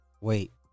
wait